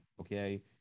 okay